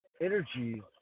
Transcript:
energy